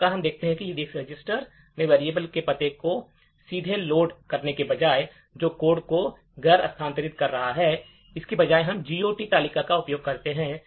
इस प्रकार हम देखते हैं कि EDX रजिस्टर में variable के पते को सीधे लोड करने के बजाय जो कोड को गैर स्थानांतरित कर रहा है इसके बजाय हम GOT तालिका का उपयोग करते हैं